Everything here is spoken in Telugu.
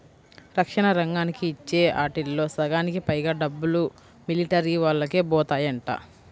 రక్షణ రంగానికి ఇచ్చే ఆటిల్లో సగానికి పైగా డబ్బులు మిలిటరీవోల్లకే బోతాయంట